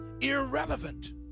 irrelevant